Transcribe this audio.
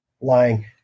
lying